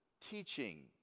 teaching